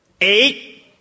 eight